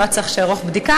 לא היה צריך לערוך בדיקה,